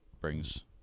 brings